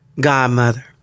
godmother